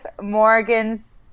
Morgan's